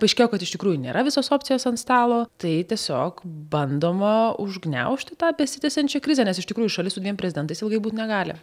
paaiškėjo kad iš tikrųjų nėra visos opcijos ant stalo tai tiesiog bandoma užgniaužti tą besitęsiančią krizę nes iš tikrųjų šalis su dviem prezidentais ilgai būt negali